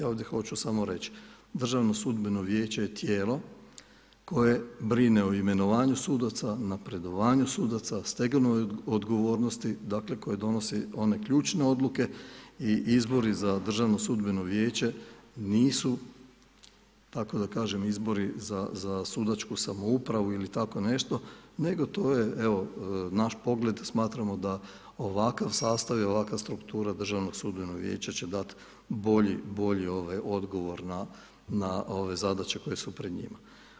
E ovdje hoću samo reći, Državno sudbeno vijeće je tijelo koje brine o imenovanju sudaca o stegovnoj odgovornosti dakle koje donosi one ključne odluke i izbori za Državno sudbeno vijeće nisu kako da kažem izbori za sudačku samoupravu ili tako nešto nego to je evo naš pogled, smatramo da ovakav sastav i ovakva struktura Državnog sudbenog vijeća će dati bolji, bolji odgovor na ove zadaće koje su pred njima.